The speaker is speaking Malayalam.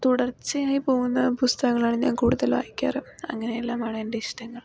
തുടർച്ചയായി പോകുന്ന പുസ്തകങ്ങളാണ് ഞാൻ കൂടുതൽ വായിക്കാറ് അങ്ങനെയെല്ലാമാണ് എൻ്റെ ഇഷ്ടങ്ങൾ